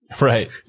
Right